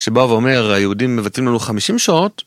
כשבא ואומר היהודים מבצעים לנו 50 שעות